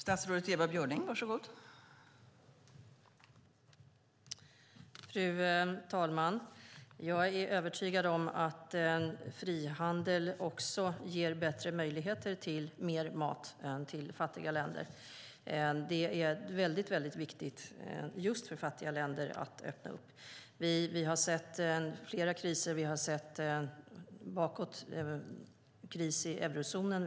Fru talman! Jag är övertygad om att frihandel ger bättre möjligheter till mer mat till fattiga länder. Det är väldigt viktigt just för fattiga länder att öppna för det. Vi har sett flera kriser och bakåt kris i eurozonen.